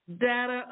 Data